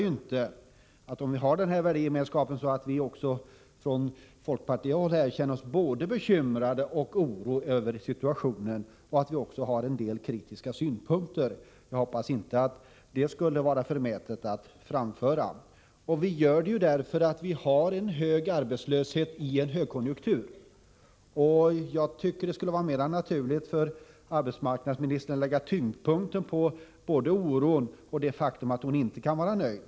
Även om den värdegemenskap som det talas om här finns, hindrar det dock inte att vi i folkpartiet känner oss både bekymrade och oroade över nuvarande situation. Vi har också en del kritiska synpunkter, och jag hoppas att det inte uppfattas som alltför förmätet av oss om vi framför dessa. Vi känner oss föranledda att göra det, därför att arbetslösheten är stor trots högkonjunkturen. Det skulle vara mera naturligt om arbetsmarknadsministern lade tyngdpunkten vid sin oro och vid det faktum att hon själv inte kan vara nöjd.